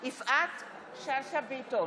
אני קוראת לכל חבריי להניח בצד את המחלוקות הפוליטיות